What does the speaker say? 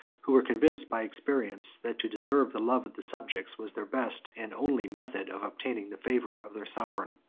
who were convinced by experience that to deserve the love of the subjects, was their best and only method of obtaining the favor of their sovereign.